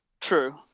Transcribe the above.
True